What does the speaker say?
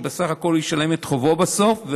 שבסך הכול הוא ישלם את חובו בסוף,